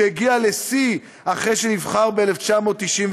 שהגיעה לשיא אחרי שנבחר ב-1996.